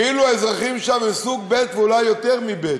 כאילו האזרחים שם הם סוג ב' ואולי יותר מב'.